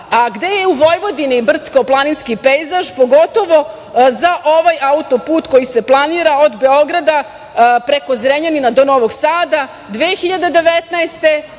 a gde je u Vojvodini brdsko-planinski pejzaž, pogotovo za ovaj auto-put koji se planira od Beograda preko Zrenjanina do Novog Sada, 2019.